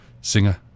singer